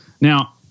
Now